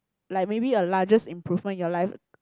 like maybe a largest improvement in your life